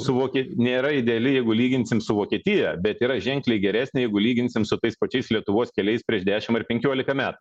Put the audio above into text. suvoki nėra ideali jeigu lyginsim su vokietija bet yra ženkliai geresnė jeigu lyginsim su tais pačiais lietuvos keliais prieš dešimt ar penkiolika metų